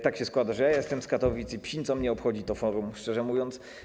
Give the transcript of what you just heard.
Tak się składa, że ja jestem z Katowic i psinco mnie obchodzi to forum, szczerze mówiąc.